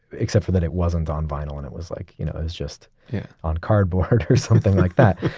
except for that it wasn't on vinyl. and it was like you know it was just yeah on cardboard or something like that.